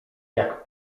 jak